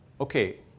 Okay